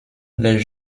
les